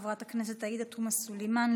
חברת הכנסת עאידה תומא סלימאן,